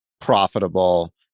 profitable